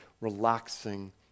relaxing